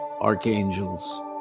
archangels